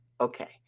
Okay